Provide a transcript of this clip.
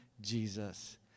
Jesus